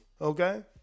Okay